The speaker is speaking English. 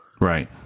Right